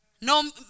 No